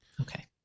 Okay